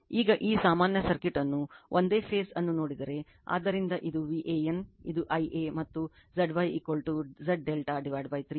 ಈಗ ಈ ಸಮಾನ ಸರ್ಕ್ಯೂಟ್ ಅನ್ನು ಒಂದೇ ಫೇಸ್ ಅನ್ನು ನೋಡಿದರೆ ಆದ್ದರಿಂದ ಇದು Van ಇದು Ia ಮತ್ತು Zy Z ∆ 3